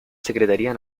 secretaría